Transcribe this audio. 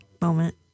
moment